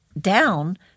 down